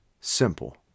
simple